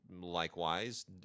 likewise